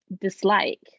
dislike